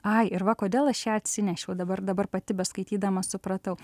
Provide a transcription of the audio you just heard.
ai ir va kodėl aš ją atsinešiau dabar dabar pati beskaitydama supratau